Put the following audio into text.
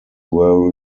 were